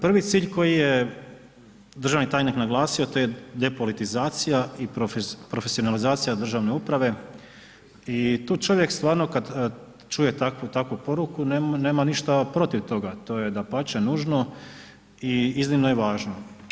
Prvi cilj koji je državni tajnik naglasio, to je depolitizacija i profesionalizacija državne uprave i tu čovjek stvarno kad čuje takvu poruku nema ništa protiv toga je, to je dapače nužno i iznimno je važno.